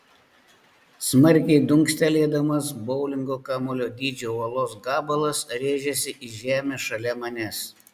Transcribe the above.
smarkiai dunkstelėdamas boulingo kamuolio dydžio uolos gabalas rėžėsi į žemę šalia manęs